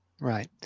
Right